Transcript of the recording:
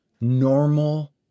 normal